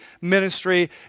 ministry